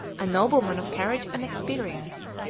a nobleman of courage and experience,